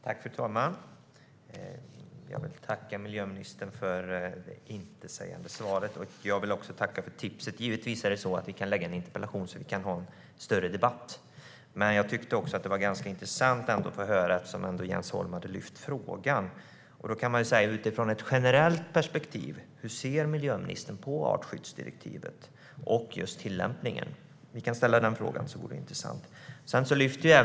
Fru talman! Jag vill tacka miljöministern för det intetsägande svaret. Jag vill också tacka för tipset. Givetvis är det så att vi kan ställa en interpellation och ha en större debatt. Jag ställde frågan då jag tyckte att det skulle vara ganska intressant att få höra om detta och eftersom Jens Holm tagit upp det. Men hur ser miljöministern på artskyddsdirektivet och dess tillämpning ur ett generellt perspektiv? Det vore intressant att få svar på den frågan.